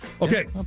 Okay